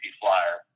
flyer